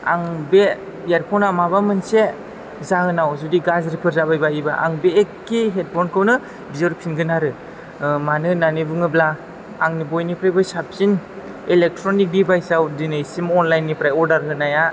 आं बे इयारफना माबा मोनसे जाहोनाव जुदि गाज्रिफोर जाबायबायोबा आं बे एखे हेदफनखौनो बिहरफिनगोन आरो मानो होन्नानै बुङोब्ला आं बयनिफ्रायबो साबसिन एलेकथ्रनिख दिबाइसआव दिनैसिम अनलाइन अर्डार होनाया